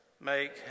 make